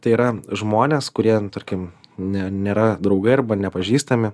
tai yra žmonės kurie nu tarkim ne nėra draugai arba nepažįstami